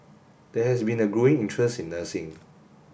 there has been a growing interest in nursing